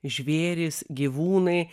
žvėrys gyvūnai